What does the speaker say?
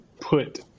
put